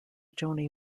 joni